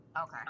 Okay